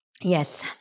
Yes